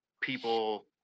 people